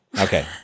Okay